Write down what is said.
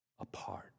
apart